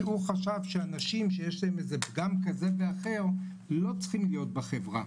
שהוא חשב שאנשים שיש להם פגם כזה ואחר לא צריכים להיות בחברה,